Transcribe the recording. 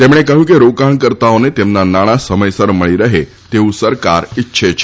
તેમણે કહ્યું કે રોકાણકર્તાઓને તેમના નાણાં સમયસર મળી રહે તેવું સરકાર ઇચ્છે છે